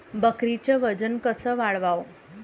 बकरीचं वजन कस वाढवाव?